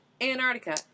Antarctica